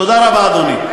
תודה רבה, אדוני.